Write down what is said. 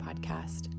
podcast